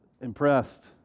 impressed